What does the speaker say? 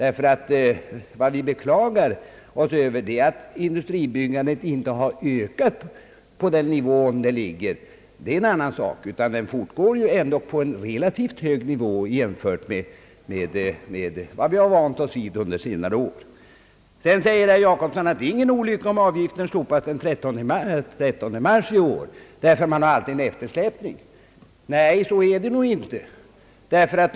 Vad vi beklagar oss över är att industribyggandet inte har ökat över den nivå där det ligger, och det är en annan sak. Det ligger dock på en relativt hög nivå jämfört med vad vi har vant oss vid på senare år. Herr Jacobsson säger vidare att det inte är någon olycka om avgiften slopas den 30 mars i år, eftersom det alltid finns en eftersläpning. Nej, så är nog inte fallet.